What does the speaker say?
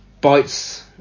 bites